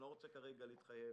אני לא רוצה כרגע להתחייב,